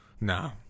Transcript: No